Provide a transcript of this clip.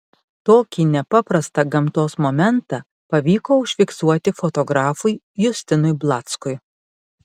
tokį nepaprastą gamtos momentą pavyko užfiksuoti fotografui justinui blackui